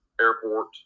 airport